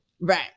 Right